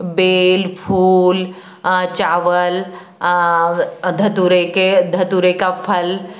bell फूल चावल धतूरे के धतूरे का फल